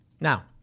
Now